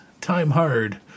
time-hard